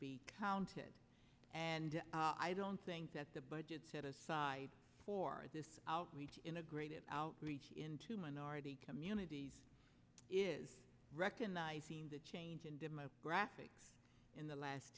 be counted and i don't think that the budget set aside for this outreach integrated outreach into minority communities is recognizing the changing demographics in the last